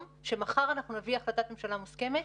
שמחר אנחנו נביא החלטת ממשלה מוסכמת,